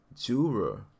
juror